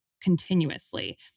continuously